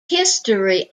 history